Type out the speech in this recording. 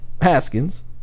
Haskins